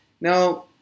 Now